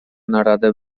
naradę